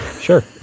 sure